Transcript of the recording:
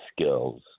skills